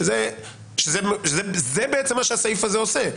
שזה בעצם מה שהסעיף הזה עושה.